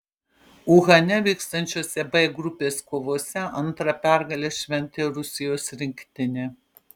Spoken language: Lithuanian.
uhane vykstančiose b grupės kovose antrą pergalę šventė rusijos rinktinė